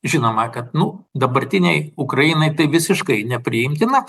žinoma kad nu dabartinei ukrainai tai visiškai nepriimtina